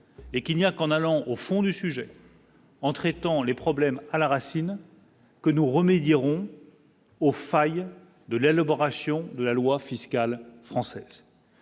et qu'il n'y a qu'en allant au fond du sujet. En traitant les problèmes à la racine que nous remet diront aux failles de la Logan ration de la loi fiscale français